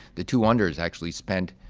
the two unders actually spent,